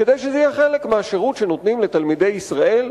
כדי שזה יהיה חלק מהשירות שנותנים לתלמידי ישראל,